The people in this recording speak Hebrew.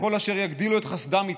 ככל אשר יגדילו את חסדם איתנו,